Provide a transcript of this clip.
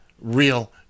real